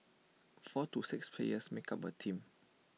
four to six players make up A team